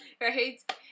right